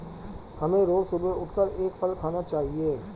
हमें रोज सुबह उठकर एक फल खाना चाहिए